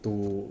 to